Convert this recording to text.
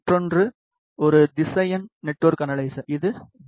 மற்றொன்று ஒரு திசையன் நெட்ஒர்க் அனலைசர் இது வி